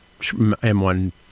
m1